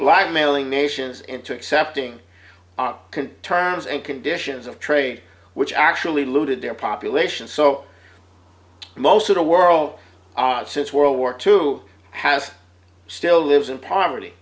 blackmailing nations into accepting can terms and conditions of trade which actually looted their population so most of the world since world war two has still lives in poverty